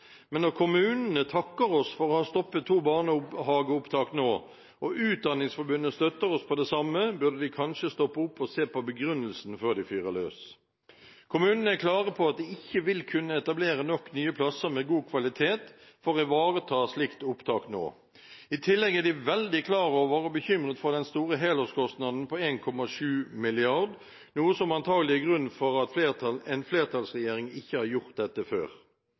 men når kommunene takker oss for å ha stoppet to barnehageopptak nå, og når Utdanningsforbundet støtter oss i det samme, burde de kanskje stoppe opp og se på begrunnelsen før de fyrer løs. Kommunene er klare på at de ikke vil kunne etablere nok nye plasser med god kvalitet for å ivareta slikt opptak nå. I tillegg er de veldig klar over og bekymret for den store helårskostnaden på 1,7 mrd. kr, noe som antakelig er grunnen til at en flertallsregjering ikke har gjort dette før.